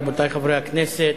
רבותי חברי הכנסת,